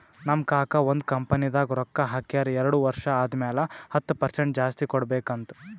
ನಮ್ ಕಾಕಾ ಒಂದ್ ಕಂಪನಿದಾಗ್ ರೊಕ್ಕಾ ಹಾಕ್ಯಾರ್ ಎರಡು ವರ್ಷ ಆದಮ್ಯಾಲ ಹತ್ತ್ ಪರ್ಸೆಂಟ್ ಜಾಸ್ತಿ ಕೊಡ್ಬೇಕ್ ಅಂತ್